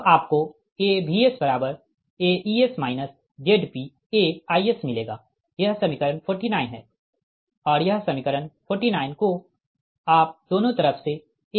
तब आपको A VsAEs ZpAIs मिलेगा यह समीकरण 49 है और यह समीकरण 49 को आप दोनों तरफ से A 1 से गुणा करें